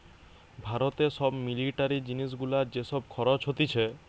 ভারতে সব মিলিটারি জিনিস গুলার যে সব খরচ হতিছে